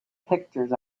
pictures